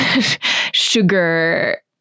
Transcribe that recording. sugar